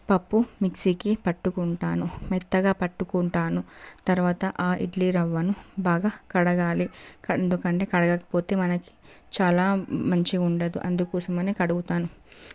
పప్పు మిక్సీకి పట్టుకుంటాను మెత్తగా పట్టుకుంటాను తర్వాత ఆ ఇడ్లీరవ్వను బాగా కడగాలి ఎందుకు అంటే కడగకపోతే మనకి చాలా మంచిగ ఉండదు అందుకోసమని కడుగుతాను